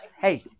hey